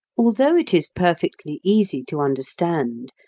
although it is perfectly easy to understand,